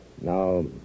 Now